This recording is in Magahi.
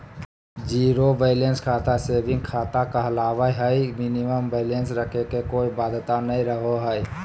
जीरो बैलेंस खाता सेविंग खाता कहलावय हय मिनिमम बैलेंस रखे के कोय बाध्यता नय रहो हय